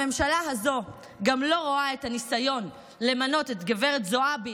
הממשלה הזאת גם לא רואה את הניסיון למנות את גב' זועבי